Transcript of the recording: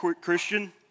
Christian